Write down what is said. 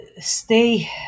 stay